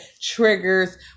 Triggers